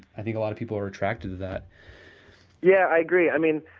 i think a lot of people are attracted to that yeah, i agree. i mean,